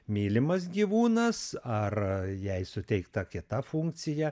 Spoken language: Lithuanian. mylimas gyvūnas ar jai suteikta kita funkcija